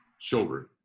children